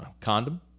Condom